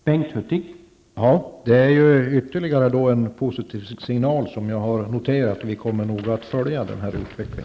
Herr talman! Detta är ytterligare en positiv signal, och den har jag noterat. Vi kommer att följa denna utveckling.